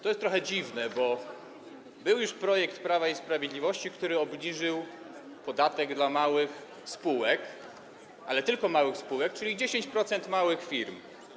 To jest trochę dziwne, bo był już projekt Prawa i Sprawiedliwości, który obniżył podatek dla małych spółek, ale tylko małych spółek, czyli 10% małych firm.